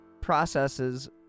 processes